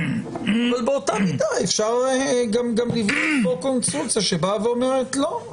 אבל באותה מידה אפשר גם לבנות פה קונסטרוקציה שאומרת "לא".